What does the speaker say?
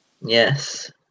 Yes